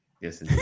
Yes